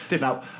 Now